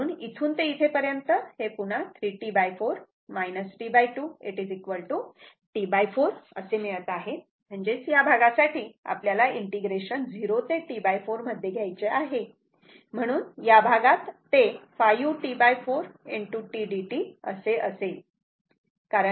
म्हणून इथून ते इथेपर्यंत हे पुन्हा 3 T4 T2 T4 असे सारखेच मिळत आहे म्हणजेच या भागासाठी आपल्याला इंटिग्रेशन 0 ते T4 मध्ये घ्यायचे आहे म्हणून या भागात ते 5 T4 tdt असे असेल